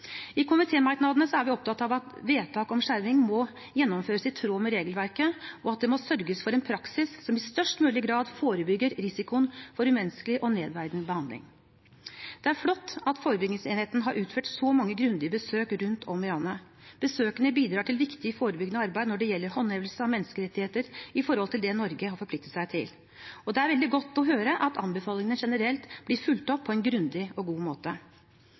i sånne situasjoner. I komitémerknadene er vi opptatt av at vedtak om skjerming må gjennomføres i tråd med regelverket, og at det må sørges for en praksis som i størst mulig grad forebygger risikoen for umenneskelig og nedverdigende behandling. Det er flott at forebyggingsenheten har utført så mange grundige besøk rundt om i landet. Besøkene bidrar til viktig forebyggende arbeid når det gjelder håndhevelse av menneskerettigheter i forhold til det Norge har forpliktet seg til. Det er veldig godt å få høre at anbefalingene generelt blir fulgt opp på en grundig og god måte.